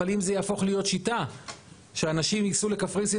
אבל אם זה יהפוך להיות שיטה שאנשים יסעו לקפריסין